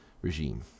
regime